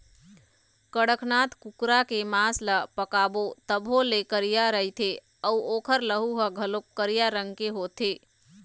कड़कनाथ कुकरा के मांस ल पकाबे तभो ले करिया रहिथे अउ ओखर लहू ह घलोक करिया रंग के होथे